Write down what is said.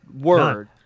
word